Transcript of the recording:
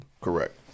Correct